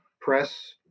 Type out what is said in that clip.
press